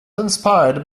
inspired